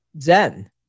Zen